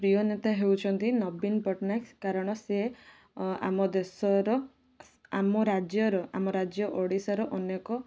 ମୋର ପ୍ରିୟ ନେତା ହେଉଛନ୍ତି ନବୀନ ପଟ୍ଟନାୟକ କାରଣ ସିଏ ଆମ ଦେଶର ଆମ ରାଜ୍ୟର ଆମ ରାଜ୍ୟ ଓଡ଼ିଶାର ଅନେକ